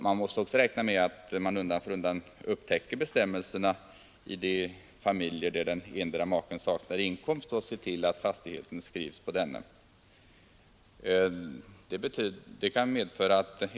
Man måste också räkna med, att när bestämmelserna upptäcks kommer man att i de familjer där endera maken saknar inkomst att se till att fastigheten skrives på denne.